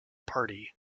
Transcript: party